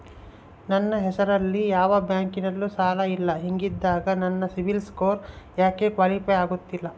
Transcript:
ನನ್ನ ಹೆಸರಲ್ಲಿ ಯಾವ ಬ್ಯಾಂಕಿನಲ್ಲೂ ಸಾಲ ಇಲ್ಲ ಹಿಂಗಿದ್ದಾಗ ನನ್ನ ಸಿಬಿಲ್ ಸ್ಕೋರ್ ಯಾಕೆ ಕ್ವಾಲಿಫೈ ಆಗುತ್ತಿಲ್ಲ?